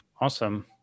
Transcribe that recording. Awesome